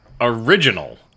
original